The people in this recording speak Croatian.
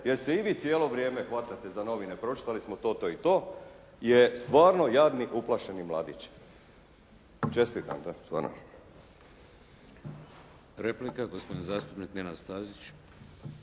jer se i vi cijelo vrijeme hvatate za novine, pročitali smo to, to i to je stvarno jadni uplašeni mladić. Čestitam, da stvarno. **Šeks, Vladimir (HDZ)** Replika, gospodin zastupnik Nenad Stazić.